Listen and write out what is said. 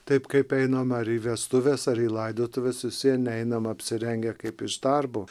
taip kaip einam ar į vestuves ar į laidotuves vis vien neinam apsirengę kaip iš darbo